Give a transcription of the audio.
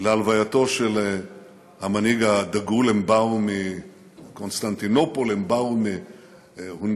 להלווייתו של המנהיג הדגול: הם באו מקונסטנטינופול,